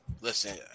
Listen